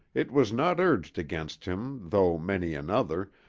it was not urged against him, though many another,